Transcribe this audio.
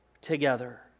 together